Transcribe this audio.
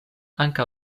ankaŭ